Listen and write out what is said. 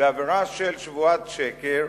בעבירה של שבועת שקר